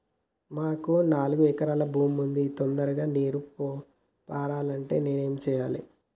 మాకు నాలుగు ఎకరాల భూమి ఉంది, తొందరగా నీరు పారాలంటే నేను ఏం చెయ్యాలే?